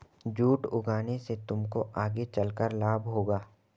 jute उगाने से तुमको आगे चलकर लाभ होगा